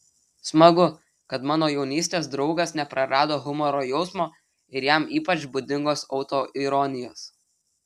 smagu kad mano jaunystės draugas neprarado humoro jausmo ir jam ypač būdingos autoironijos